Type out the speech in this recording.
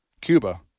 Cuba